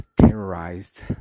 terrorized